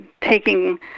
taking